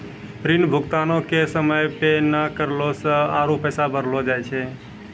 ऋण भुगतानो के समय पे नै करला से आरु पैसा बढ़लो जाय छै